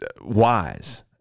wise